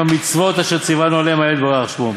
המצוות אשר ציוונו עליהן האל יתברך שמו.